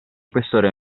questore